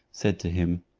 said to him,